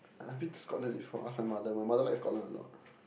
I've been to Scotland before ask my mother my mother like Scotland a lot